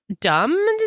dumb